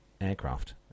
aircraft